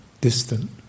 distant